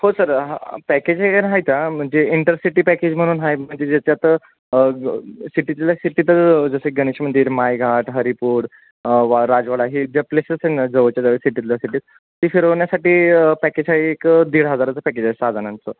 हो सर हां पॅकेज वगैरे आहे सं म्हणजे इंटरसिटी पॅकेज म्हणून आहे म्हणजे ज्याच्यात सिटीतल्या सिटीत जसे गणेश मंदिर माईघाट हरिपूर वा राजवाडा हे ज्या प्लेसेस आहे ना जवळच्याजवळ सिटीतल्या सिटीत ती फिरवण्यासाठी पॅकेज आहे एक दीड हजाराचं पॅकेज आहे सहा जणांचं